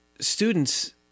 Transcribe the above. students